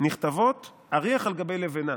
"נכתבות אריח על גבי לבינה"